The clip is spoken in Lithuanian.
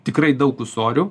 tikrai daug ūsorių